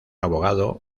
abogado